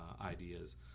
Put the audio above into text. ideas